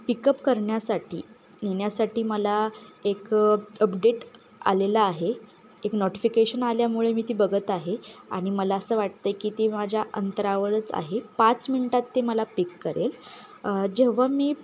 pickup करण्यासाठी नेण्यासाठी मला एक अपडेट आलेलं आहे एक नोटिफिकेशन आल्यामुळे मी ती बघत आहे आणि मला असं वाटतं आहे की ती माझ्या अंतरावरच आहे पाच मिनटात ते मला पिक करेल जेव्हा मी